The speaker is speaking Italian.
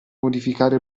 modificare